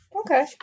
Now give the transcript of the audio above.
okay